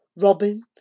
robin